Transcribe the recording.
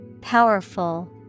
Powerful